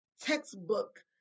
textbook